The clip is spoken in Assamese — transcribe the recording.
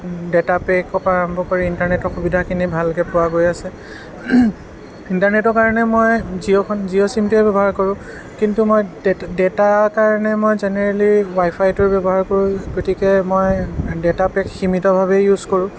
ডাটা পেকৰ পৰা আৰম্ভ কৰি ইণ্টাৰনেটৰ সুবিধাখিনি ভালকৈ পোৱা গৈ আছে ইণ্টাৰনেটৰ কাৰণে মই জিঅ'খন জিঅ' চিমটোৱে ব্যৱহাৰ কৰোঁ কিন্তু মই ডে ডেটাৰ কাৰণে মই জেনেৰেলি ৱাই ফাইটো ব্যৱহাৰ কৰোঁ গতিকে মই ডেটা পেক সীমিতভাৱেই ইউজ কৰোঁ